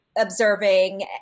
observing